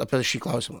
apie šį klausimą